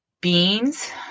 Beans